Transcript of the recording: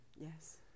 Yes